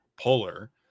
polar